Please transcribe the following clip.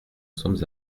sommes